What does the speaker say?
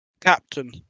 Captain